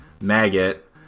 maggot